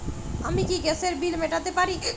আমি কি গ্যাসের বিল মেটাতে পারি?